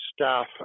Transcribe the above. staff